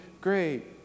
great